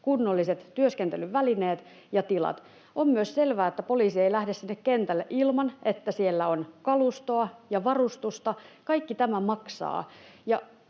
kunnolliset työskentelyvälineet ja -tilat. On myös selvää, että poliisi ei lähde sinne kentälle ilman, että siellä on kalustoa ja varustusta. Kaikki tämä maksaa.